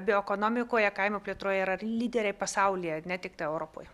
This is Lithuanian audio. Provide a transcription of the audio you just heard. bioekonomikoje kaimo plėtroje yra lyderiai pasaulyje ne tiktai europoje